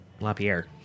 LaPierre